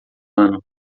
ano